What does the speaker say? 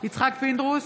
יצחק פינדרוס,